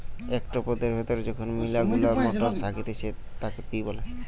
একটো পদের ভেতরে যখন মিলা গুলা মটর থাকতিছে তাকে পি বলে